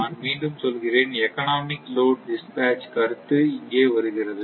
நான் மீண்டும் சொல்கிறேன் எகனாமிக் லோட் டிஸ்பட்ச் கருத்து இங்கே வருகிறது